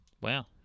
Wow